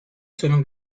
sono